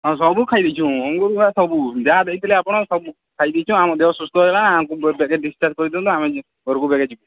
ହଁ ସବୁ ଖାଇଦେଇଛୁ ଅଙ୍ଗୁରଗୁଡ଼ା ସବୁ ଯାହା ଦେଇଥିଲେ ଆପଣ ସବୁ ଖାଇଦେଇଛୁ ଆମ ଦେହ ସୁସ୍ଥ ହେଲାଣି ଆମକୁ ବେଗେ ଡିସଚାର୍ଜ କରିଦଅନ୍ତୁ ଆମେ ଘରକୁ ବେଗେ ଯିବୁ